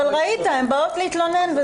אבל ראית, הן באות להתלונן.